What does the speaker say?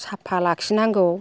साफा लाखिनांगौ